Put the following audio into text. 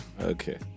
Okay